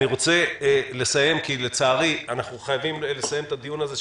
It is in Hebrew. אני רוצה לסיים כי לצערי אנחנו חייבים לסיים את הדיון הזה,